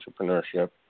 entrepreneurship